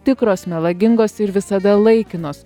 tikros melagingos ir visada laikinos